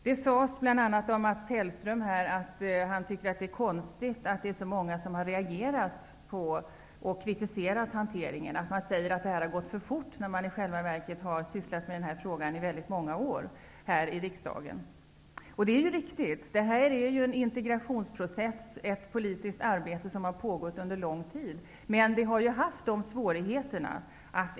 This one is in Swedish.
Mats Hellström sade att han tycker att det är konstigt att det är så många som har reagerat och kritiserat hanteringen. Man säger att det har gått för fort när vi i själva verket har sysslat med den här frågan i många år här i riksdagen. Det är ju riktigt. Detta är en integrationsprocess och ett politiskt arbete som har pågått under lång tid. Men det har ju haft svårigheter.